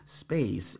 space